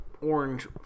orange